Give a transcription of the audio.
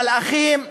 מלאכים?